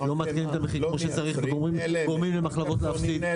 לא מעדכנים את המחירים כמו שצריך וגורמים למחלבות להפסיד.